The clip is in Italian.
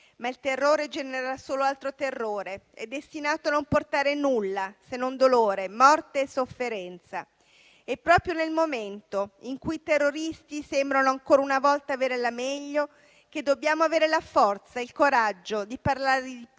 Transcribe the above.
ma il terrore genera solo altro terrore, è destinato a non portare nulla se non dolore, morte e sofferenza. È proprio nel momento in cui i terroristi sembrano ancora una volta avere la meglio che dobbiamo avere la forza e il coraggio di parlare di pace,